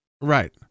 right